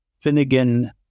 Finnegan